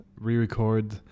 re-record